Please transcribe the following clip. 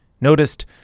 noticed